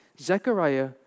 Zechariah